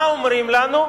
מה אומרים לנו?